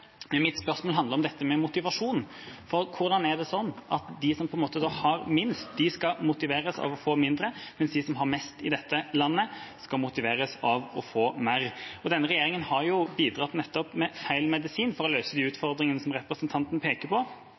Mitt spørsmål handler om dette med motivasjon. Hvorfor er det slik at de som har minst i dette landet, skal motiveres av å få mindre, mens de som har mest i dette landet, skal motiveres av å få mer? Denne regjeringa har jo bidratt med feil medisin for å løse de utfordringene som representanten peker på.